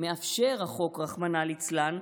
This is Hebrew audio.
מאפשר החוק, רחמנא ליצלן,